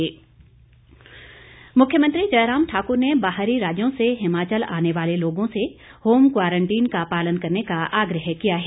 मुख्यमंत्री मुख्यमंत्री जयराम ठाकुर ने बाहरी राज्यों से हिमाचल में आने वाले लोगों से होम क्वारंटीन का पालन करने का आग्रह किया है